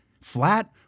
flat